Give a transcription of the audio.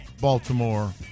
Baltimore